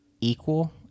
equal